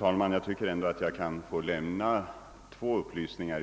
Herr talman! Med anledning av herr Krönmarks inlägg vill jag lämna två upplysningar.